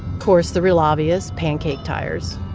course, the real obvious pancake tires.